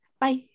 Bye